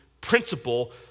principle